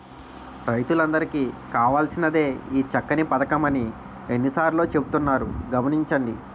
రైతులందరికీ కావాల్సినదే ఈ చక్కని పదకం అని ఎన్ని సార్లో చెబుతున్నారు గమనించండి